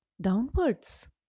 downwards